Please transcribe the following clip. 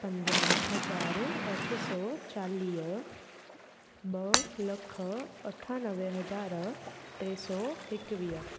पंद्रहां हज़ार अठ सौ चालीह ॿ लख अठानवे हजार टे सौ एकवीह